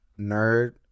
Nerd